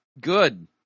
good